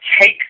take